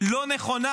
לא נכונה,